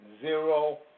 zero